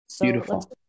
beautiful